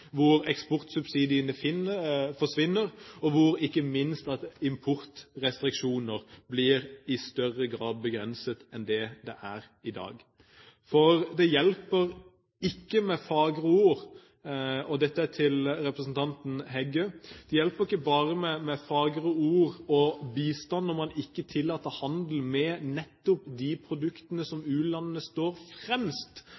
hvor eksportsubsidiene forsvinner, og hvor ikke minst importrestriksjoner blir begrenset i større grad enn de er i dag. For det hjelper ikke med bare fagre ord – og dette er til representanten Heggø – og bistand når man ikke tillater handel med nettopp de produktene